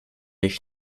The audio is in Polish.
ich